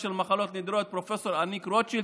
של מחלות נדירות הוא פרופ' אניק רוטשילד,